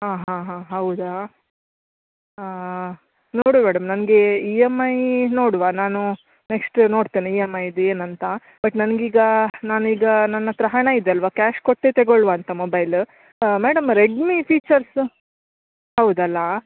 ಹಾಂ ಹಾಂ ಹಾಂ ಹೌದಾ ನೋಡುವ ಮೇಡಮ್ ನನಗೆ ಇ ಎಮ್ ಐ ನೋಡುವ ನಾನು ನೆಕ್ಸ್ಟ್ ನೋಡ್ತೇನೆ ಇ ಎಮ್ ಐದು ಏನುಂತ ಬಟ್ ನನಗೀಗ ನಾನು ಈಗ ನನ್ನತ್ರ ಹಣ ಇದೆಯಲ್ವಾ ಕ್ಯಾಶ್ ಕೊಟ್ಟೇ ತಗೊಳ್ಳುವ ಅಂತ ಮೊಬೈಲ್ ಮೇಡಮ್ ರೆಡ್ಮಿ ಫೀಚರ್ಸ್ ಹೌದಲ್ಲಾ